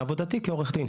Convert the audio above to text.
מעבודתי כעורך דין.